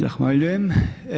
Zahvaljujem.